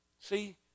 See